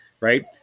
Right